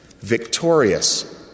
victorious